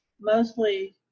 mostly